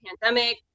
pandemic